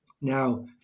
Now